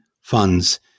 funds